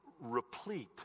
replete